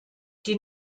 die